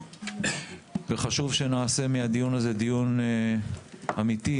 וחשוב שנעשה מהדיון הזה דיון אמיתי,